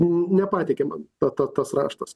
nepateikė man tą tas raštas